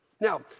Now